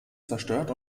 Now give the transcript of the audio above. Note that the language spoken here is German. zerstört